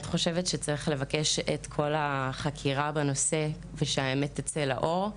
חושבת שצריך לחקור את הנושא כדי שהאמת תצא לאור.